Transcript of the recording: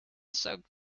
sought